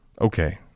okay